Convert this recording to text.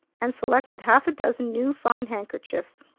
and selected half a dozen new fine handkerchiefs.